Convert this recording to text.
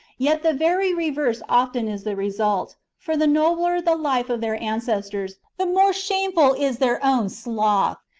yet the very reverse often is the result, for the nobler the life of their ancestors, the more shameful is their own sloth.